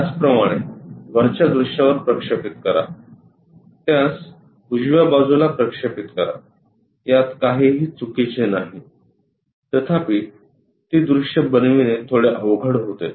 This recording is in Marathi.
त्याचप्रमाणे वरच्या दृश्यावर प्रक्षेपित करा त्यास उजव्या बाजूला प्रक्षेपित करा यात काहीही चुकीचे नाही तथापि ती दृश्ये बनविणे थोडे अवघड होते